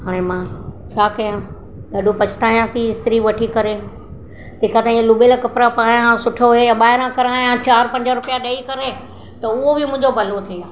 हाणे मां छा कयां ॾाढो पछतायां थी इस्त्री वठी करे तेखां तईं इहे लुबियल कपिड़ा पाइणा सुठो आहे या ॿाहिंरा करायां चारि पंज रुपया ॾेई करे त उहो बि मुंहिंजो भलो थिए आहे